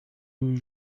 you